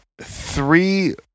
three